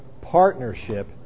partnership